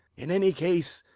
in any case,